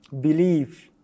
believe